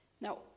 Now